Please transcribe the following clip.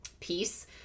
peace